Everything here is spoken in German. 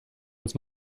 uns